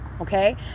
okay